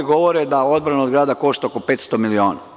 Ovde govore da odbrana od grada košta oko 500 miliona.